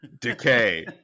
decay